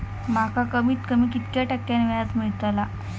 माका कमीत कमी कितक्या टक्क्यान व्याज मेलतला?